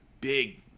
big